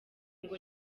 ngo